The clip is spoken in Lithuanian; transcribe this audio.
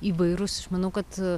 įvairus iš manau kad